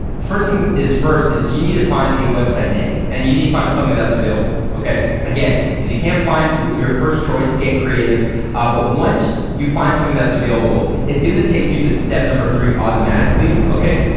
first thing is first is you need to find a website name and you need to find something that's available, okay? again, if you can't find your first choice, get creative but once you find something that's available, it's gonna take you to step number three automatically, okay?